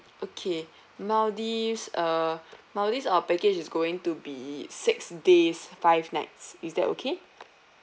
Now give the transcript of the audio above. okay maldives uh maldives our package is going to be six days five nights is that okay